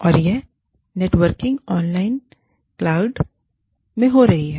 और यह networking online cloud में हो रही है